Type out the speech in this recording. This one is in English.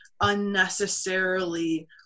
unnecessarily